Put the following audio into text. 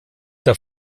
der